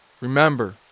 remember